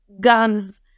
guns